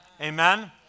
Amen